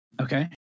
Okay